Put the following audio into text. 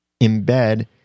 embed